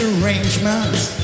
arrangements